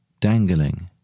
dangling